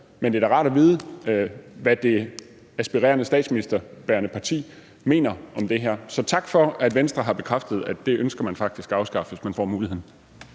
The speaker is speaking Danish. Men det er da rart at vide, hvad det aspirerende statsministerbærendeparti mener om det her. Så tak for, at Venstre har bekræftet, at det ønsker man faktisk at afskaffe, hvis man får muligheden.